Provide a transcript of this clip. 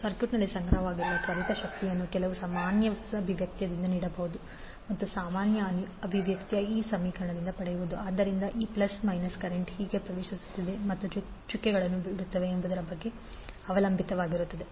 ಸರ್ಕ್ಯೂಟ್ನಲ್ಲಿ ಸಂಗ್ರಹವಾಗುವ ತ್ವರಿತ ಶಕ್ತಿಯನ್ನು ಕೆಲವು ಸಾಮಾನ್ಯ ಅಭಿವ್ಯಕ್ತಿಯಿಂದ ನೀಡಬಹುದು ಮತ್ತು ಸಾಮಾನ್ಯ ಅಭಿವ್ಯಕ್ತಿ w12L1i12±Mi1i212L2i22 ಆದ್ದರಿಂದ ಈ ಪ್ಲಸ್ ಮೈನಸ್ ಕರೆಂಟ್ ಹೇಗೆ ಪ್ರವೇಶಿಸುತ್ತದೆ ಮತ್ತು ಚುಕ್ಕೆಗಳನ್ನು ಬಿಡುತ್ತದೆ ಎಂಬುದರ ಮೇಲೆ ಅವಲಂಬಿತವಾಗಿರುತ್ತದೆ